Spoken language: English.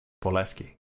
Poleski